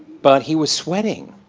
but he was sweating.